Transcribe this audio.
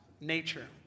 nature